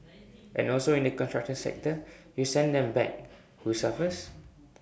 and also in the construction sector you send them back who suffers